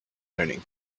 learning